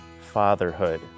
fatherhood